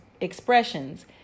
expressions